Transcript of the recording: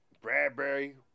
Bradbury